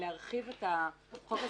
להרחיב את החוק הזה,